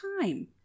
time